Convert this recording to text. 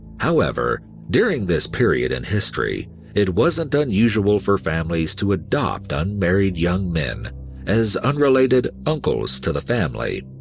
however, during this period in history it wasn't unusual for families to adopt unmarried young men as unrelated uncles to the family.